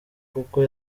kuko